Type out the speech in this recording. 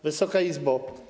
Wysoka Izbo!